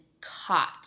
caught